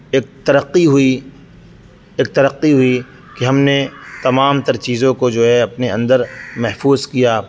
ایک ترقی ہوئی ایک ترقی ہوئی کہ ہم نے تمام تر چیزوں کو جو ہے اپنے اندر محفوظ کیا